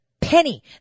penny